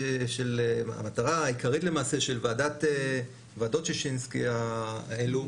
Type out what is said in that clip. המטרה העיקרית למעשה של ועדות שישינסקי האלו